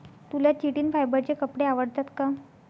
तुला चिटिन फायबरचे कपडे आवडतात का?